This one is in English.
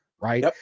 right